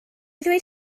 ddweud